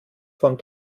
von